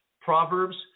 proverbs